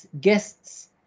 guests